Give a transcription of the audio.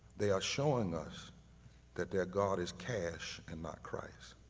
they are showing us that their god is cash and not christ.